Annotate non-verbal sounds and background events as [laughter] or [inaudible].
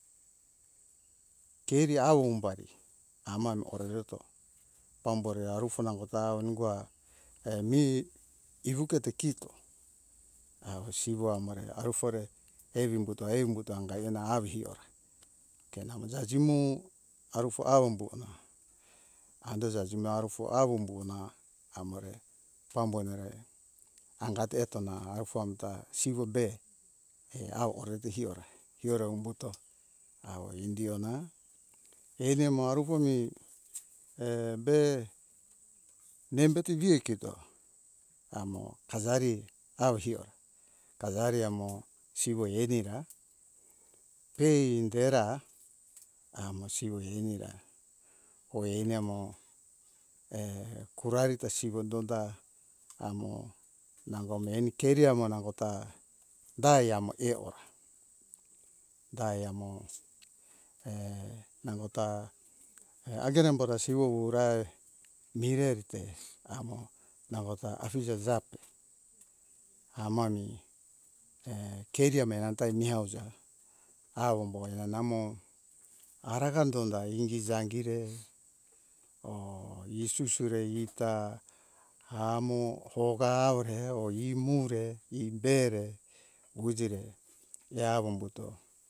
Keriawo umbari ama horereto pambore arufo nangota nugoa emi iruketo kito asiro amo re arufore eumbuto eumbuto angahena avihiora ke namo zazimo arufo aumbohona ando zazimo arufo awumbo hona amore pambonere angatetona arufamta siwo be e awore ehiora umbuto awo indiona enemo arufo mi em be nembeti viekito amo kazari auwo hiona kazari amo siwo eni ra peindera amo siwo henira hoinemo [hesitation] korarita siwo donda amo nango meni keriamo nangota dai amo eora dai amo [hesitation] nango ta hagen embo ra siwo urai mirerite amo nangota afize jape amami [hesitation] kerie amta miauja aumbo namo aranga dondai ingi zangire or isusure ita hamo hoga aore or imure imbe re wujire eawo umbuto